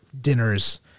dinners